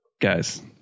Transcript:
guys